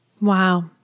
Wow